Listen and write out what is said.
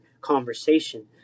conversation